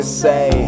say